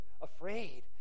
afraid